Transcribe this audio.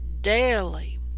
daily